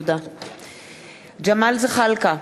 ג'מאל זחאלקה,